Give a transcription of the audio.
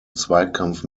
zweikampf